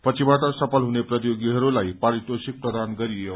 पछिबाट सफल हुने प्रतियोगिहरूलाई पारितोषिक प्रदान गरियो